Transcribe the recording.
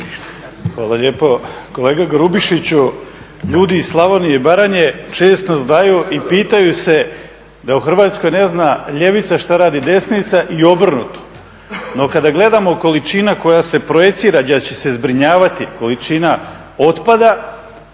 Hvala lijepo. Kolega Grubišiću, ljudi iz Slavonije i Baranje često znaju i pitaju se da u Hrvatskoj ne zna ljevica šta radi desnica i obrnuto. No, kada gledamo količina koja se projicira gdje će se zbrinjavati količina otpada